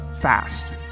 fast